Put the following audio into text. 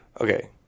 okay